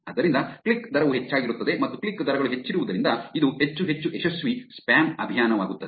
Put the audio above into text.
ಆದ್ದರಿಂದ ಕ್ಲಿಕ್ ದರವು ಹೆಚ್ಚಾಗಿರುತ್ತದೆ ಮತ್ತು ಕ್ಲಿಕ್ ದರಗಳು ಹೆಚ್ಚಿರುವುದರಿಂದ ಇದು ಹೆಚ್ಚು ಹೆಚ್ಚು ಯಶಸ್ವಿ ಸ್ಪ್ಯಾಮ್ ಅಭಿಯಾನವಾಗುತ್ತದೆ